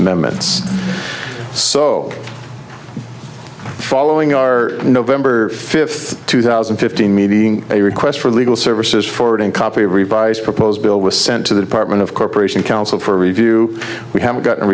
amendments so following our nov fifth two thousand and fifteen meeting a request for legal services forwarding copy of revised proposed bill was sent to the department of corporation counsel for review we haven't gotten a